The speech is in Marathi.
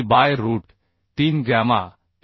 bye root 3 gamma M